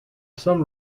some